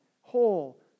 whole